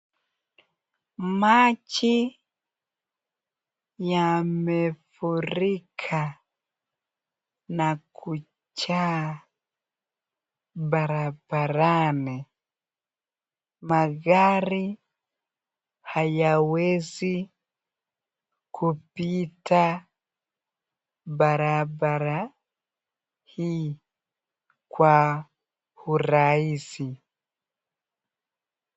Maji yamefurika na kujaa barabarani magari hayawezi kupita barabara hii kwa urahisi.